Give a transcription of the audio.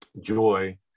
joy